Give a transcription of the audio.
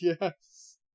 yes